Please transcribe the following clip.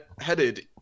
headed